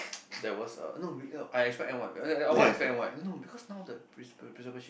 there was a no no I explain why because now the